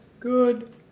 Good